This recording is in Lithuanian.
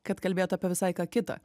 kad kalbėt apie visai ką kitą